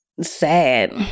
sad